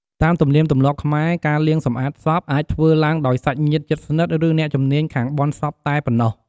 តាមទំនៀមទម្លាប់ខ្មែរ ការលាងសម្អាតសពអាចធ្វើឡើងដោយសាច់ញាតិជិតស្និទ្ធ ឬអ្នកជំនាញខាងបុណ្យសពតែប៉ុណោះ។